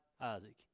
Isaac